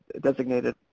designated